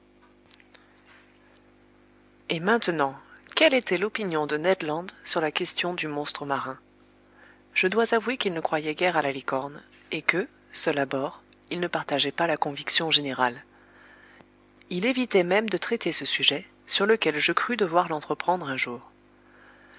et maintenant quelle était l'opinion de ned land sur la question du monstre marin je dois avouer qu'il ne croyait guère à la licorne et que seul à bord il ne partageait pas la conviction générale il évitait même de traiter ce sujet sur lequel je crus devoir l'entreprendre un jour